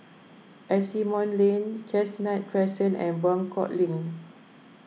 Asimont Lane Chestnut Crescent and Buangkok Link